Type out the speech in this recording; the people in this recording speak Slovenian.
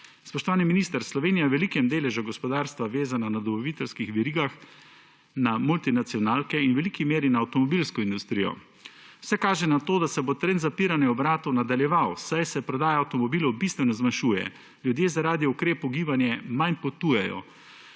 Spoštovani minister, Slovenija je velikem deležu gospodarstva vezana v dobaviteljskih verigah na multinacionalke in v veliki meri na avtomobilsko industrijo. Vse kaže na to, da se bo trend zapiranja obratov nadaljeval, saj se prodaja avtomobilov bistveno zmanjšuje, ljudje zaradi ukrepov gibanja manj potujejo.